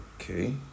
Okay